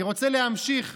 רוצה אוזן